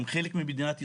הם חלק ממדינת ישראל,